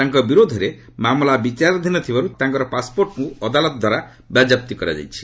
ତାଙ୍କ ବିରୋଧରେ ମାମଲା ବିଚାରାଧୀନ ଥିବାରୁ ତାଙ୍କ ପାସ୍ପୋର୍ଟକୁ ଅଦାଲତଙ୍କଦ୍ୱାରା ବାଜ୍ୟାପ୍ତି କରାଯାଇଥିଲା